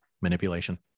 manipulation